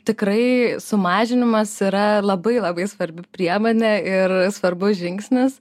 tikrai sumažinimas yra labai labai svarbi priemonė ir svarbus žingsnis